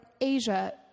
Asia